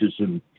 racism